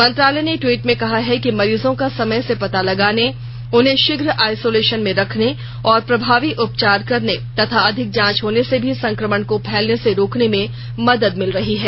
मंत्रालय ने ट्वीट में कहा है कि मरीजों का समय से पता लगाने उन्हें शीघ्र आइसोलेशन में रखने और प्रभावी उपचार करने तथा अधिक जांच होने से भी संकमण को फैलने से रोकने में मदद मिल रही है